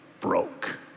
broke